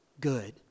good